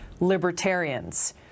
libertarians